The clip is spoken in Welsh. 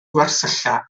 gwersylla